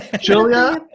Julia